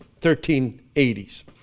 1380s